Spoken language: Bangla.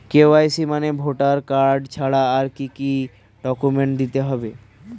কে.ওয়াই.সি মানে ভোটার কার্ড ছাড়া আর কি কি ডকুমেন্ট দিতে হবে?